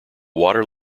water